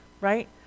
Right